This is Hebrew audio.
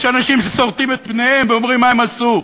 יש אנשים שסורטים את פניהם ואומרים, מה הם עשו.